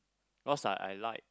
cause ah I like